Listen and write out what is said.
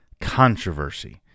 controversy